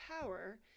power